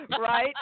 Right